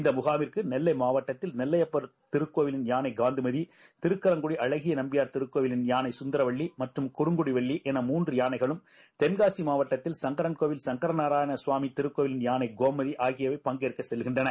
இந்த முகாயிற்கு கொல்லை மாவட்டத்தில் நெல்லையப்பர் திருக்கோவில் யாளை காந்திமதி திருக்களங்குடி ஆகிய நம்பியார் திருக்கோவில் யாளை கந்தரவல்லி மற்றம் குறங்குடி வள்ளி யாளை என மூன்று யாளைகளும் தென்காசி மாவட்டத்தில் சங்கரன்கோவில் சங்கர நாராயணகவாமி திருக்கோவில் யாளை கோமதி ஆகியவை பங்கேற்கள செல்கின்றன